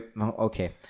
Okay